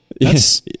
Yes